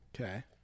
Okay